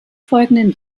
folgenden